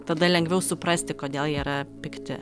tada lengviau suprasti kodėl jie yra pikti